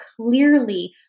clearly